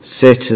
sit